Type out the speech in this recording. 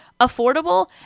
affordable